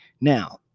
Now